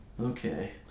Okay